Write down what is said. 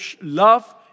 love